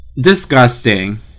Disgusting